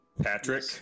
Patrick